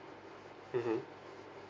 mmhmm